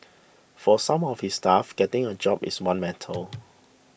for some of his staff getting a job is one matter